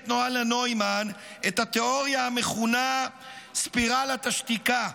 נואלה-נוימן את התיאוריה המכונה "ספירלת השתיקה",